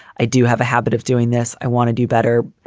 i do have a habit of doing this. i want to do better.